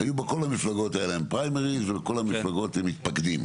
היו בה כל המפלגות היה להן פריימריז וכל המפלגות מתפקדים.